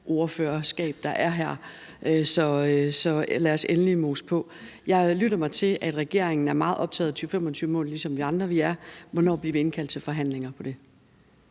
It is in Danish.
klimaordførerskab, der er her. Så lad os endelig mose på. Jeg lyttede mig til, at regeringen er meget optaget af 2025-målet, ligesom vi andre er. Hvornår bliver vi indkaldt til forhandlinger om det?